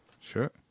Sure